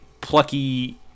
plucky